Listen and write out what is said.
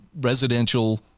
residential